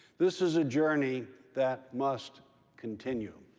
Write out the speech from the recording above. this is a journey that must continue.